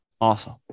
Awesome